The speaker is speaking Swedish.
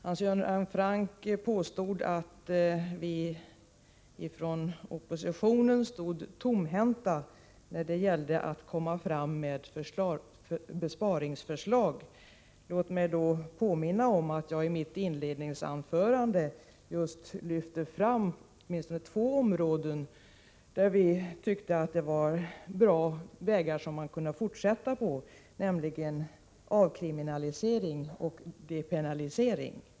Hans Göran Franck påstod att vi från oppositionen stod tomhänta när det gällde att lägga fram besparingsförslag. Låt mig påminna om att jag i mitt inledningsanförande just lyfte fram åtminstone två områden där vi anser att man kommit in på vägar som man kan fortsätta på — nämligen avkriminalisering och depenalisering.